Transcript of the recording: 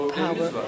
power